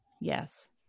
yes